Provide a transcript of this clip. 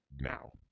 now